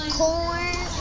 corn